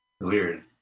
Weird